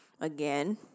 again